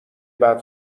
بعد